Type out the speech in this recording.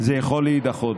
זה יכול להידחות.